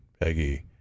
Peggy